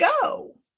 go